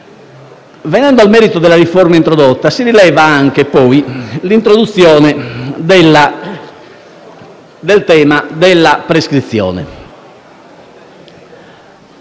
Venendo al merito della riforma introdotta si rileva anche l'introduzione del tema della prescrizione.